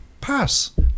Pass